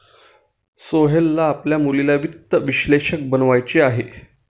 सोहेलला आपल्या मुलीला वित्त विश्लेषक बनवायचे आहे